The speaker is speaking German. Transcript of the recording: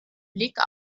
blick